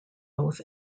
both